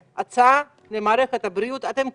הצעה למערכת הבריאות אתם קורסים,